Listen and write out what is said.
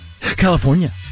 California